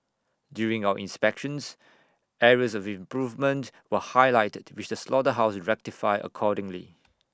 during our inspections areas of improvement were highlighted which the slaughterhouse rectified accordingly